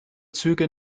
züge